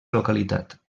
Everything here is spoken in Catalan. localitat